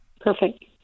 Perfect